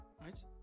right